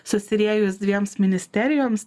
susiriejus dviems ministerijoms